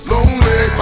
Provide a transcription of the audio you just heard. Lonely